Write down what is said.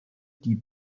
die